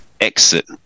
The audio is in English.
exit